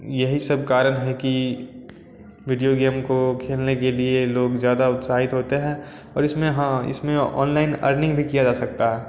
यही सब कारण है कि विडियो गेम को खेलने के लिए लोग ज़्यादा उत्साहित होते हैं और इसमें हाँ इसमें ऑनलाइन अर्निंग भी किया जा सकता है